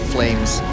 Flames